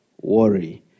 Worry